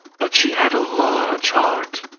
but she had a large heart!